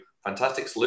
Fantastic